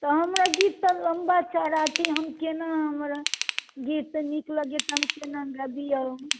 तऽ हमर गीत सब लम्बा चौड़ा छै हम केना हमरा गीत नीक लगइए तऽ हम केना गबियौ